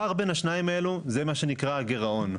הפער בין השניים האלה זה מה שנקרא הגירעון.